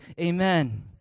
amen